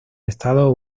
estados